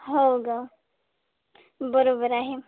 हो गं बरोबर आहे